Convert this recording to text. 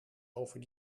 over